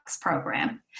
program